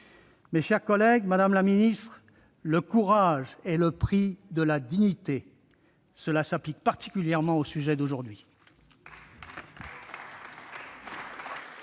Mes chers collègues, madame la secrétaire d'État, le courage est le prix de la dignité. Cela s'applique particulièrement au sujet d'aujourd'hui.